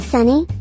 Sunny